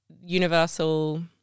universal